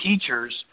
teachers